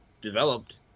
developed